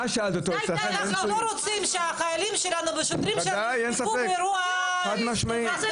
אנחנו לא רוצים שהחיילים והשוטרים שלנו יהיו באירוע אלים.